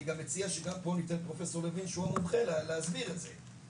אני מציע שגם כאן ניתן לפרופסור לוין להסביר את זה כי הוא המומחה.